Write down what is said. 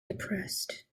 depressed